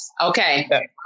Okay